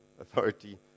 authority